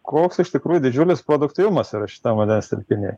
koks iš tikrųjų didžiulis produktyvumas yra šitam vandens telkiny